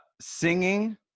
singing